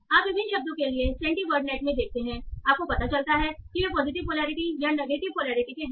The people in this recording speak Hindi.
आप विभिन्न शब्दों के लिए सेंटीवर्डनेट में देखते हैं आपको पता चलता है कि वे पॉजिटिव पोलैरिटी या नेगेटिव पोलैरिटी के हैं